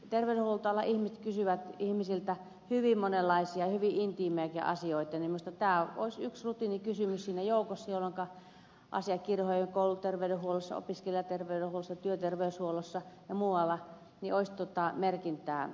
terveydenhuoltoalan ihmiset kysyvät ihmisiltä hyvin monenlaisia hyvin intiimejäkin asioita ja minusta tämä olisi yksi rutiinikysymys siinä joukossa jolloinka asiakirjoihin kouluterveydenhuollossa opiskelijaterveydenhuollossa työterveyshuollossa ja muualla tulisi merkintä